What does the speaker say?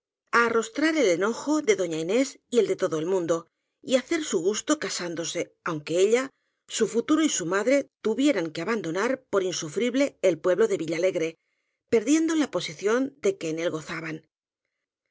á arrostrar el enojo de doña inés y el de todo el mundo y á hacer su gusto casándose aunque ella su futuro y su madre tuvieran que abandonar por insufrible el pueblo de villalegre perdiendo la posición de que en él gozaban